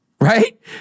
right